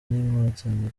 n’inkotanyi